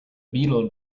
beetle